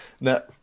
No